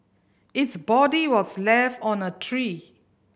its body was left on a tree